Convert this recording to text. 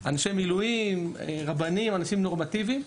אנשי מילואים, רבנים, אנשים נורמטיבים;